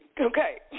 Okay